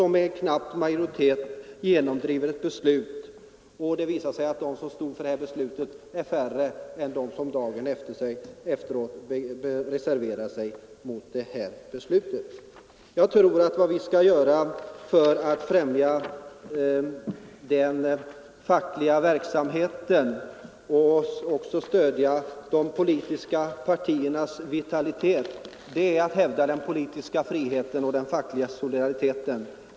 Med knapp majoritet genomdriver de ett beslut, och det visar sig sedan att de som stått för detta beslut är färre än de som dagen efter reserverar sig mot det. Vad vi enligt min mening skall göra för att främja den fackliga verk samheten och stödja de politiska partiernas vitalitet är att hävda den politiska friheten och den fackliga solidariteten.